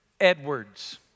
Edwards